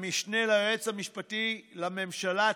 המשנה ליועץ המשפטי לממשלה,